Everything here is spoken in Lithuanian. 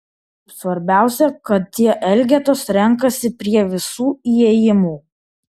svarbiausia kad tie elgetos renkasi prie visų įėjimų